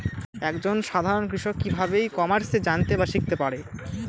এক জন সাধারন কৃষক কি ভাবে ই কমার্সে জানতে বা শিক্ষতে পারে?